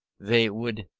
they would,